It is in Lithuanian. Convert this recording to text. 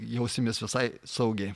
jausimės visai saugiai